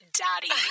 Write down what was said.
daddy